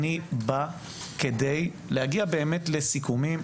אני בא כדי להגיע לסיכומים.